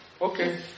Okay